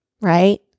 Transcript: right